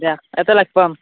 দিয়া ইয়াতে লগ পাম